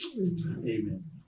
Amen